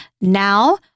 Now